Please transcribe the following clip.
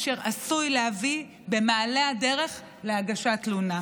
אשר עשוי להביא במעלה הדרך להגשת תלונה.